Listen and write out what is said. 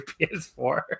PS4